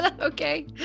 Okay